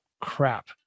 crap